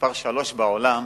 מספר שלוש בעולם